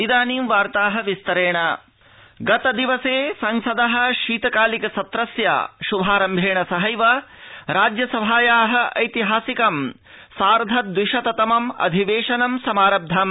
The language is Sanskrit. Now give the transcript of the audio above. राज्यसभाधिवेशनम् गत दिवसे संसद शीतकालिक संत्रस्य श्भारम्भेण सहैव राज्यसभाया ऐतिहासिकं सार्ध द्वि शत तमम् अधिवेशनं समारब्धम्